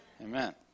amen